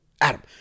Adam